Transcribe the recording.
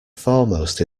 foremost